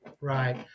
Right